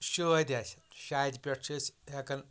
شٲدۍ آسہِ شادِ پٮ۪ٹھ چھِ أسۍ ہٮ۪کَان